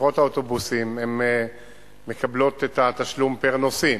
חברות האוטובוסים מקבלות את התשלום פר-נוסעים,